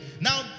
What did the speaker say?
Now